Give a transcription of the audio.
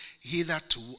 hitherto